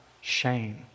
shame